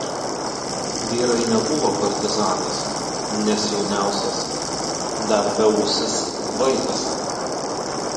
vyrai nebuvo partizanais nes jauniausias dar beūsis vaikas